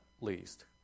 least